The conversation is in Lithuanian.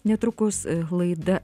netrukus laida